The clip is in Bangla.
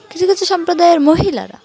কিছু কিছু সম্প্রদায়ের মহিলারা